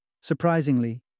Surprisingly